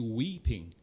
weeping